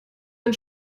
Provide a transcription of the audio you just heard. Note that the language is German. den